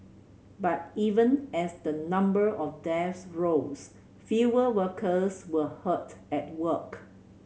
but even as the number of deaths rose fewer workers were hurt at work